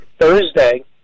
Thursday